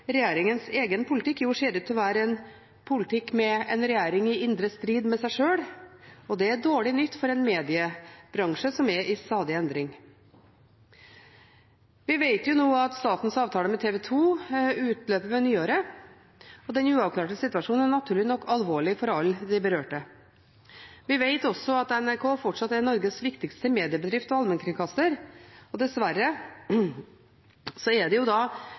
regjeringens egen politikk ser ut til å være en politikk med en regjering i indre strid med seg sjøl. Det er dårlig nytt for en mediebransje som er i stadig endring. Vi vet at statens avtale med TV 2 utløper ved nyåret. Den uavklarte situasjonen er naturlig nok alvorlig for alle de berørte. Vi vet også at NRK fortsatt er Norges viktigste mediebedrift og allmennkringkaster – og dessverre: Det er